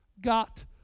got